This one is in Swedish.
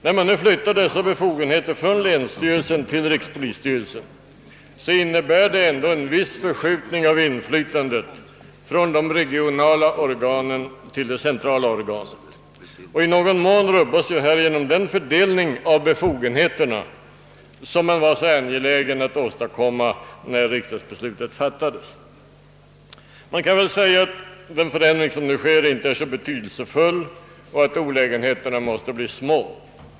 Om man flyttar ifrågavarande befogenheter från länsstyrelsen till rikspolisstyrelsen innebär det ändå en viss förskjutning av inflytandet från de regionala organen till det centrala organet och i någon mån rubbas härigenom den fördelning av befogenheterna som betraktades så angelägen då riksdagsbeslutet fattades. Det kan väl sägas att den förändring som nu sker inte är så betydelsefull och att olägenheterna därför måste bli små.